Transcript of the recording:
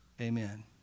Amen